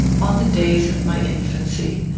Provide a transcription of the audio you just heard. on the days of my infancy.